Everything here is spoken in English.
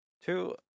Two